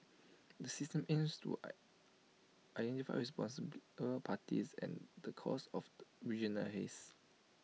the system aims to I identify parties and the causes of regional haze